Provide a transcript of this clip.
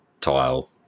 tile